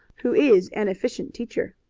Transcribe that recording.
who is an efficient teacher.